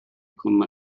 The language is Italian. con